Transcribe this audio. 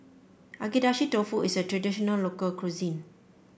Agedashi Dofu is a traditional local cuisine